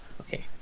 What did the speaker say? Okay